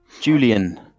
Julian